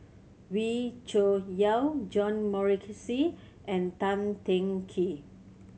Wee Cho Yaw John Morrice and Tan Teng Kee